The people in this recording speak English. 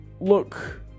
look